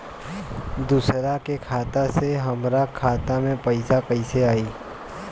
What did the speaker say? दूसरा के खाता से हमरा खाता में पैसा कैसे आई?